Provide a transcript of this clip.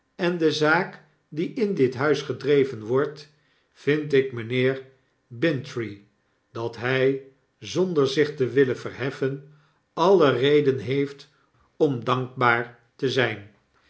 en de zaak die in dit huis gedreven wordt vind ik mijnheer bintrey dat hij zonder zich te willen verheffen alle reden heeft om dankbaar te zijn